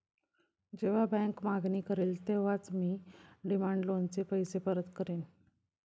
जेव्हा बँक मागणी करेल तेव्हाच मी डिमांड लोनचे पैसे परत करेन